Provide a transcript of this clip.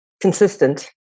consistent